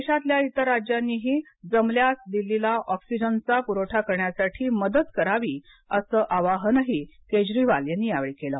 देशातल्या इतर राज्यांनी ही जमल्यास दिल्लीला ऑक्सिजनचा पुरवठा करण्यासाठी मदत करावी असं आवाहन ही केजरीवाल यांनी यावेळी केल